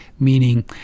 meaning